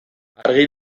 argi